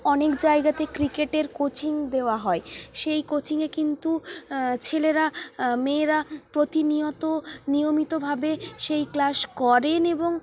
অনেক জায়গাতে ক্রিকেটের কোচিন দেওয়া হয় সেই কোচিনে কিন্তু ছেলেরা মেয়েরা প্রতিনিয়ত নিয়মিতভাবে সেই ক্লাস করেন এবং